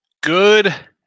Good